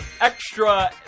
extra